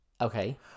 Okay